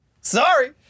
Sorry